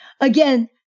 Again